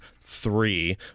three